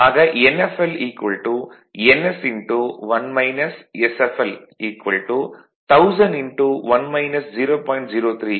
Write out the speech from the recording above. ஆக nflns 10001 0